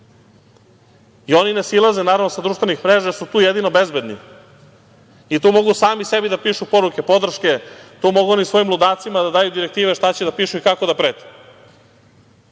i oni ne silaze sa društvenih mreža, jer su tu jedino bezbedni i to mogu sami sebi da pišu poruke podrške, tu mogu oni svojim ludacima da daju direktive šta će da pišu i kako da prete. Kažem